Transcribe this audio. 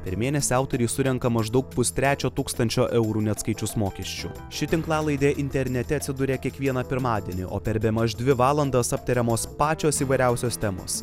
per menėsį autoriai surenka maždaug pustrečio tūkstančio eurų neatskaičius mokesčių ši tinklalaidė internete atsiduria kiekvieną pirmadienį o per bemaž dvi valandas aptariamos pačios įvairiausios temos